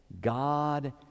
god